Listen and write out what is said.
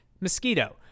mosquito